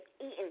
eaten